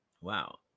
Wow